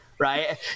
Right